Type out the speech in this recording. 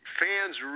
fans